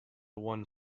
one